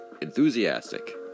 enthusiastic